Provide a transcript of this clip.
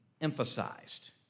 emphasized